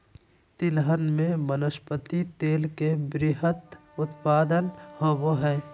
तिलहन में वनस्पति तेल के वृहत उत्पादन होबो हइ